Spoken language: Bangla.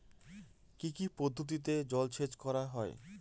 কি কি পদ্ধতিতে জলসেচ করা হয়?